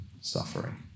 suffering